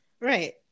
Right